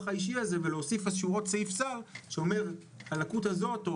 האישי הזה ולהוסיף עוד סעיף סל שאומר שהלקות הזאת או